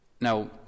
Now